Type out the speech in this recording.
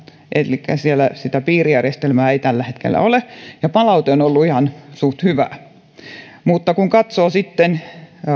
elikkä siellä sitä piirijärjestelmää ei tällä hetkellä ole ja palaute on ollut ihan suht hyvää mutta kun katsoo